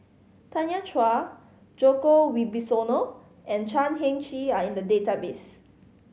Tanya Chua Djoko Wibisono and Chan Heng Chee are in the database